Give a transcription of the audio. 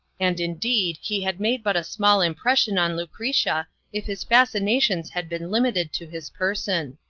and indeed he had made but a small impression on lucretia if his fascinations had been limited to his person.